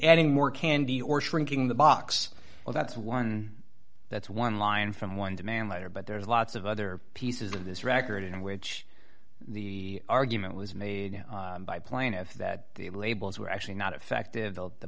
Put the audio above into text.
adding more candy or shrinking the box well that's one that's one line from one demand letter but there's lots of other pieces of this record in which the argument was made by plaintiff that the labels were actually not effective the